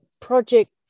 project